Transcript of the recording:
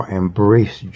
embrace